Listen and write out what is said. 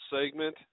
segment